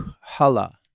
Hala